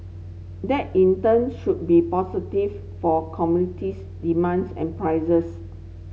that in turn should be positive for commodities demands and prices